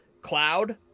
Cloud